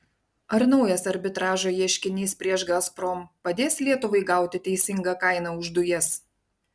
ar naujas arbitražo ieškinys prieš gazprom padės lietuvai gauti teisingą kainą už dujas